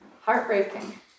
Heartbreaking